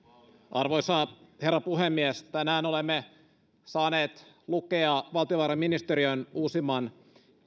arvoisa herra puhemies tänään olemme saaneet lukea valtiovarainministeriön uusimman